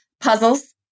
puzzles